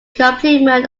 complement